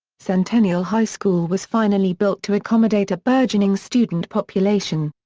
centennial high school was finally built to accommodate a burgeoning student population.